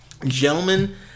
Gentlemen